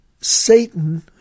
Satan